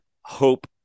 Hope